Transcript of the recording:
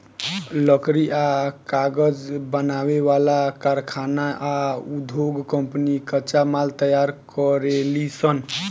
लकड़ी आ कागज बनावे वाला कारखाना आ उधोग कम्पनी कच्चा माल तैयार करेलीसन